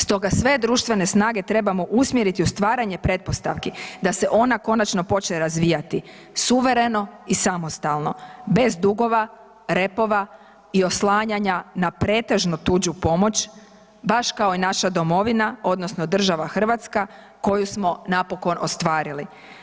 Stoga sve društvene snage trebamo usmjeriti u stvaranje pretpostavki, da se ona konačno počne razvijati suvereno i samostalno bez dugova, repova i oslanjanja na pretežno tuđu pomoć, baš kao i naša domovina odnosno država Hrvatska koju smo napokon ostvarili.